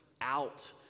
out